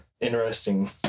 interesting